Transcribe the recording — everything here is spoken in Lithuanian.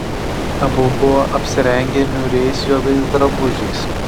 abu buvo apsirengę niūriais juodais drabužiais